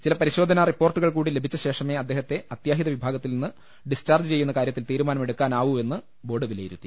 ചില പരിശോധനാ റിപ്പോർട്ടുകൾ കൂടി ലഭിച്ച ശേഷമേ അദ്ദേഹത്തെ അത്യാഹിത വിഭാഗത്തിൽ നിന്ന് ഡിസ്ചാർജ്ജ് ചെയ്യുന്ന കാര്യത്തിൽ തീരുമാന മെടുക്കാനാവൂവെന്ന് ബോർഡ് വിലയിരുത്തി